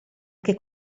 che